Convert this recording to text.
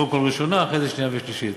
קודם כול ראשונה ואחרי זה שנייה ושלישית.